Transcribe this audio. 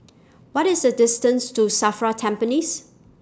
What IS The distance to SAFRA Tampines